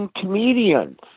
comedians